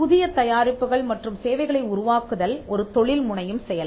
புதிய தயாரிப்புகள் மற்றும் சேவைகளை உருவாக்குதல் ஒரு தொழில் முனையும் செயல்